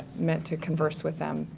meant to converse with them,